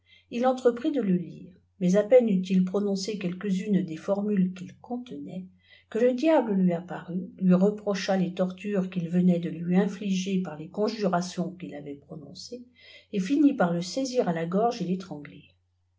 il entreprit de le lire mais à peine eut-il prononcé quelques-unes des formules qu'il contenait que le diable lui apparut lui reprocha les tortures qu'il venait de lui infliger par les conjurations qu'il avait prononcées et finit parle saisir à la gorge